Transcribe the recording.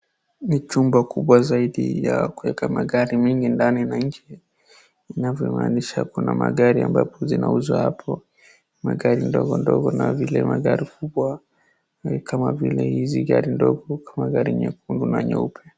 Ni chumba kubwa zaidi ya kueka magari mingi ndani na nje. Inavyomaanisha kuna magari ambapo zinauzwa hapo. Magari ndogo ndogo na vile magari kubwa kama vile hizi gari ndogo kama gari nyekundu na nyeupe.